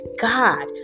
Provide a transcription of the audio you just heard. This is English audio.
God